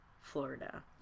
Florida